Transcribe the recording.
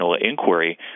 inquiry